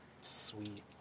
sweet